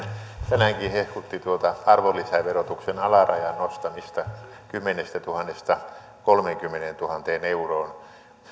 tänäänkin hehkutti tuota arvonlisäverotuksen alarajan nostamista kymmenestätuhannesta kolmeenkymmeneentuhanteen euroon